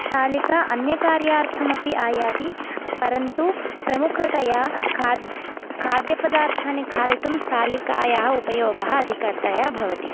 स्थालिका अन्यकार्यार्थमपि आयाति परन्तु प्रमुखतया खाद् खाद्यपदार्थानि खादितुं स्थालिकायाः उपयोगः अधिकतया भवति